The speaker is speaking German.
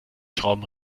schrauben